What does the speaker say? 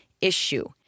issue